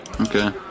Okay